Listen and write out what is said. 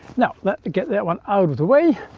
now, let me get that one out of the way.